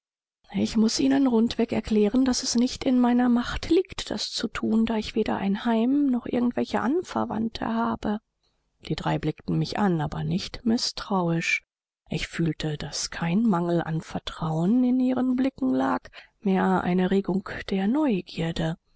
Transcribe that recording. ich muß ihnen rundweg erklären daß es nicht in meiner macht liegt das zu thun da ich weder ein heim noch irgendwelche anverwandte habe die drei blickten mich an aber nicht mißtrauisch ich fühlte daß kein mangel an vertrauen in ihren blicken lag mehr eine regung der neugierde